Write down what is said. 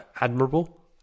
admirable